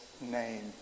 name